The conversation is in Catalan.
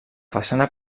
façana